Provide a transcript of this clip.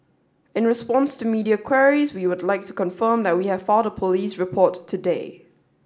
in response to media queries we would like to confirm that we have filed a police report today